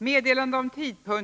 Fru talman!